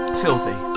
filthy